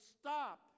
stop